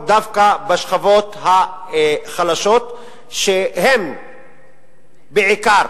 דווקא בשכבות החלשות שממוקמות בעיקר